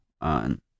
on